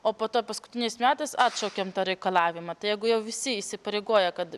o po to paskutiniais metais atšaukiam tą reikalavimą tai jeigu jau visi įsipareigoja kad